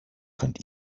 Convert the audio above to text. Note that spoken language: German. könnt